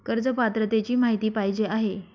कर्ज पात्रतेची माहिती पाहिजे आहे?